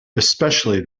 especially